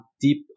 deep